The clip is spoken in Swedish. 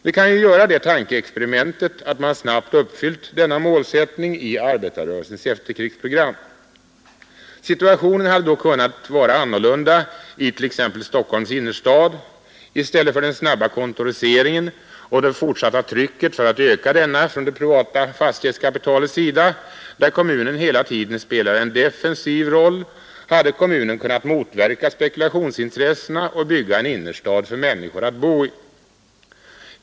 Vi kan ju göra tankeexperimentet att man snabbt uppfyllt denna målsättning i arbetarrörelsens efterkrigsprogram. Situationen hade då kunnat vara annorlunda it.ex. Stockholms innerstad. I stället för den snabba kontoriseringen och det fortsatta trycket från det privata fastighetskapitalets sida för att öka denna — kommunen spelar där hela tiden en defensiv roll — hade kommunen kunnat motverka spekulationsintressena och bygga en innerstad för människor att bo i.